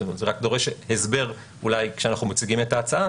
זה רק דורש הסבר אולי כשאנחנו מציגים את ההצעה